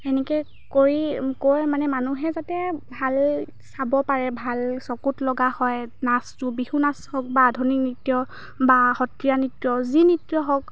তেনেকৈ কৰি কৈ মানে মানুহে যাতে ভাল চাব পাৰে ভাল চকুত লগা হয় নাচটো বিহু নাচ হওক বা আধুনিক নৃত্য বা সত্ৰীয়া নৃত্য যি নৃত্য হওক